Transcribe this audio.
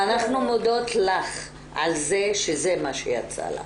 ואנחנו מודות לך על זה שזה מה שיצא לך.